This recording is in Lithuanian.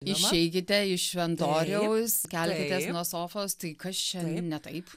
išeikite iš šventoriaus kelkitės nuo sofos tai kas čia ne taip